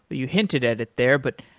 you hinted at it there, but